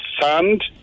sand